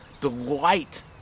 delight